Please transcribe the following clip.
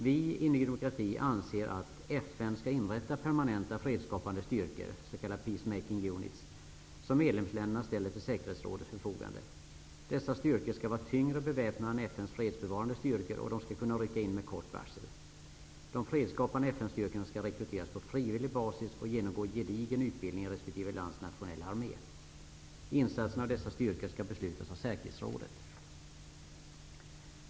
Vi i Ny demokrati anser att FN skall inrätta permanenta fredsskapande styrkor, s.k. peacemaking units, som medlemsländerna ställer till säkerhetsrådets förfogande. Dessa styrkor skall vara tyngre beväpnade än FN:s fredsbevarande styrkor, och de skall kunna rycka in med kort varsel. De fredsskapande FN-styrkorna skall rekryteras på frivillig basis och genomgå gedigen utbildning i resp. lands nationella armé. Insatser av dessa styrkor skall beslutas av säkerhetsrådet.